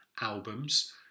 albums